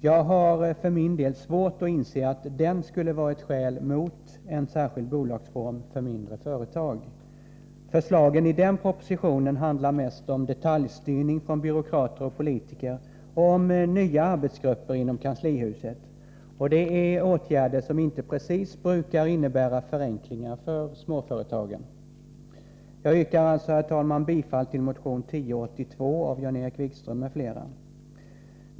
Jag har för min del svårt att inse att den skulle vara ett skäl mot en särskild bolagsform för mindre företag. Förslagen i den propositionen handlar mest om detaljstyrning från byråkrater och politiker och om nya arbetsgrupper inom kanslihuset. Det är åtgärder som inte precis brukar innebära förenklingar för småföretagen. Jag yrkar alltså, herr talman, bifall till motion 1082 av Jan-Erik Wikström m.fl.